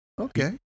Okay